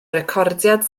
recordiad